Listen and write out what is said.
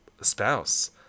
spouse